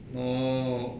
no